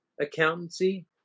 accountancy